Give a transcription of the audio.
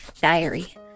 Diary